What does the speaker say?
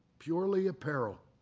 purely a peril.